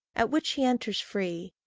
at which he enters free.